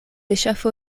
ŝafo